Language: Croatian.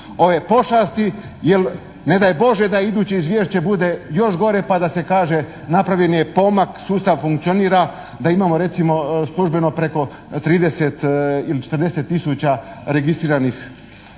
ove pošasti jer ne daj Bože da iduće izvješće bude još gore pa da se kaže napravljen je pomak, sustav funkcionira, da imamo recimo službeno preko 30 ili 40 tisuća registriranih